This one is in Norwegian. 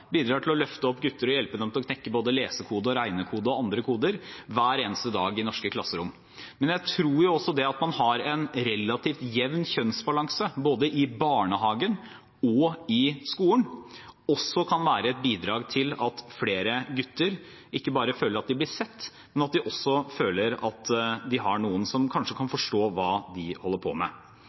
bidrar til å løfte opp gutter og hjelpe dem til å knekke både lesekode, regnekode og andre koder hver eneste dag i norske klasserom. Men jeg tror at det at man har en relativt jevn kjønnsbalanse både i barnehagen og i skolen, også kan være et bidrag til at flere gutter ikke bare føler at de blir sett, men at de også føler at de har noen som kan forstå hva de holder på med.